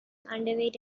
underweight